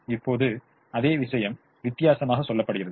இப்போது அதே விஷயம் வித்தியாசமாக சொல்லப்படுகிறது